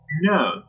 No